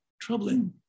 troubling